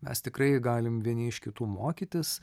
mes tikrai galim vieni iš kitų mokytis